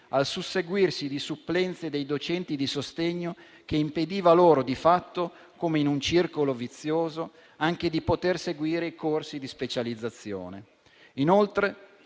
al susseguirsi di supplenze dei docenti di sostegno, che impediva loro, di fatto, come in un circolo vizioso, anche di seguire i corsi di specializzazione. Inoltre,